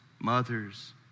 mothers